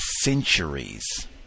centuries